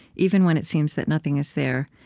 even when it seems that nothing is there,